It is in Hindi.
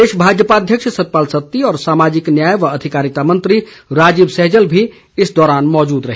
प्रदेश भाजपा अध्यक्ष सतपाल सत्ती और सामाजिक न्याय व अधिकारिता मंत्री राजीव सहजल भी इस दौरान मौजूद रहे